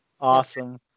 Awesome